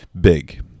big